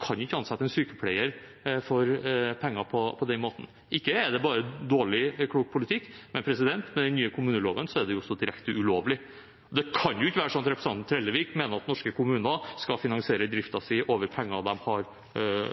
kan ikke ansette en sykepleier for penger på den måten. Ikke bare er det dårlig og lite klok politikk, men med den nye kommuneloven er det også direkte ulovlig. Det kan ikke være sånn at representanten Trellevik mener at norske kommuner skal finansiere driften sin over penger de har